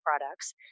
products